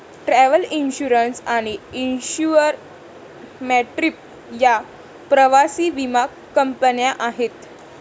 travel insurance आणि insure my trip या प्रवासी विमा कंपन्या आहेत